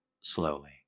slowly